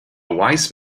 wise